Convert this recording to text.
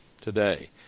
today